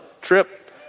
trip